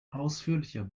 ausführlicher